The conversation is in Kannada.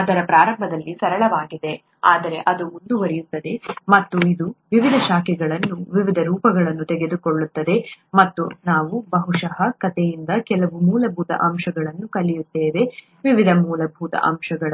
ಅದರ ಪ್ರಾರಂಭದಲ್ಲಿ ಸರಳವಾಗಿದೆ ಆದರೆ ಅದು ಮುಂದುವರಿಯುತ್ತದೆ ಮತ್ತು ಇದು ವಿವಿಧ ಶಾಖೆಗಳನ್ನು ವಿವಿಧ ರೂಪಗಳನ್ನು ತೆಗೆದುಕೊಳ್ಳುತ್ತದೆ ಮತ್ತು ನಾವು ಬಹುಶಃ ಕಥೆಯಿಂದ ಕೆಲವು ಮೂಲಭೂತ ಅಂಶಗಳನ್ನು ಕಲಿಯುತ್ತೇವೆ ವಿವಿಧ ಮೂಲಭೂತ ಅಂಶಗಳನ್ನು